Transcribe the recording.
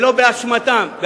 שלא באשמתם,